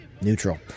Neutral